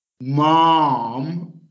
mom